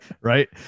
Right